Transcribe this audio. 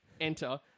Enter